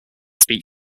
speak